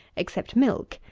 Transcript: except milk,